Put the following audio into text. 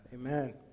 Amen